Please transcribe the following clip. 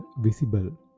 visible